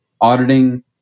Auditing